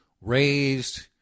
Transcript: raised